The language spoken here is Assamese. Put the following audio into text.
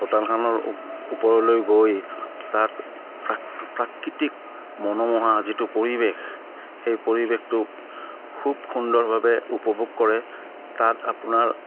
ভূটানখনৰ ওপৰলৈ গৈ তাত প্ৰাকৃতিক মনোমোহা যিটো পৰিৱেশ সেই পৰিৱেশটো খুব সুন্দৰভাৱে উপভোগ কৰে তাত আপোনাৰ